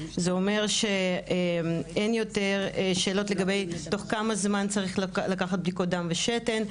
זה אומר שאין יותר שאלות לגבי תוך כמה זמן צריך לקחת בדיקות דם ושתן.